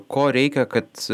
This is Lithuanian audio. ko reikia kad